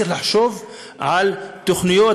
צריך לחשוב על תוכניות,